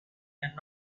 and